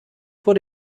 vor